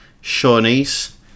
Shawnees